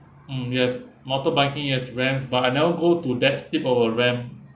mm yes mountain biking yes whereas but I never go to that steep of a ramp